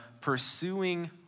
pursuing